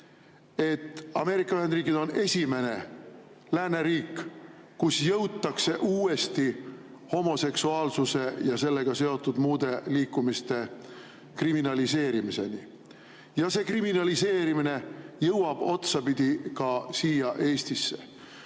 et Ameerika Ühendriigid on esimene lääneriik, kus jõutakse uuesti homoseksuaalsuse ja sellega seotud muude liikumiste kriminaliseerimiseni. Ja see kriminaliseerimine jõuab otsapidi ka siia Eestisse.